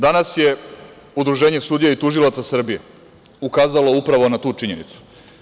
Danas je Udruženje sudija i tužilaca Srbije ukazalo upravo na tu činjenicu.